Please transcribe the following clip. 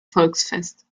volksfest